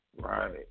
Right